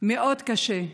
מאוד קשה.